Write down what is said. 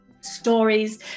stories